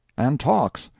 and talks.